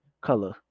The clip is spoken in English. color